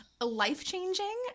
life-changing